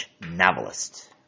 novelist